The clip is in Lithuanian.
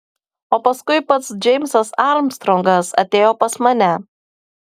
o paskui pats džeimsas armstrongas atėjo pas mane